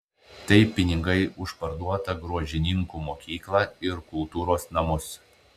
tai pinigai už parduotą gruožninkų mokyklą ir kultūros namus